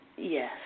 Yes